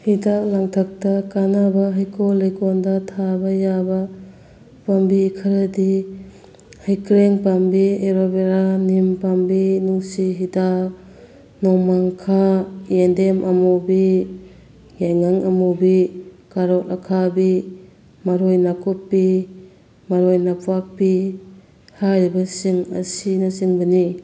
ꯍꯤꯗꯥꯛ ꯂꯥꯡꯊꯛꯇ ꯀꯥꯟꯅꯕ ꯍꯩꯀꯣꯜ ꯂꯩꯀꯣꯜꯗ ꯊꯥꯕ ꯌꯥꯕ ꯄꯥꯝꯕꯤ ꯈꯔꯗꯤ ꯍꯩꯀ꯭ꯔꯦꯡ ꯄꯥꯝꯕꯤ ꯑꯦꯂꯣꯕꯦꯔꯥ ꯅꯤꯝ ꯄꯥꯝꯕꯤ ꯅꯨꯡꯁꯤ ꯍꯤꯗꯥꯛ ꯅꯣꯡꯃꯥꯡꯈꯥ ꯌꯦꯟꯗꯦꯝ ꯑꯃꯨꯕꯤ ꯌꯥꯏꯉꯪ ꯑꯃꯨꯕꯤ ꯀꯥꯔꯣꯠ ꯑꯈꯥꯕꯤ ꯃꯔꯣꯏ ꯅꯥꯀꯨꯞꯄꯤ ꯃꯔꯣꯏ ꯅꯥꯄꯥꯛꯄꯤ ꯍꯥꯏꯔꯤꯕꯁꯤꯡ ꯑꯁꯤꯅꯆꯤꯡꯕꯅꯤ